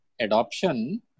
adoption